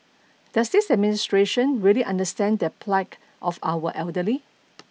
does this administration really understand the plight of our elderly